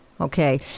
okay